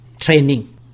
training